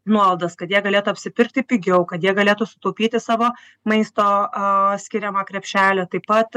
nuolaidas kad jie galėtų apsipirkti pigiau kad jie galėtų sutaupyti savo maisto aaa skiriamą krepšelį taip pat